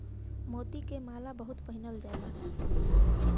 मोती क माला बहुत पहिनल जाला